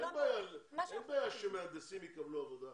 אין בעיה שמהנדסים יקבלו עבודה,